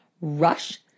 Rush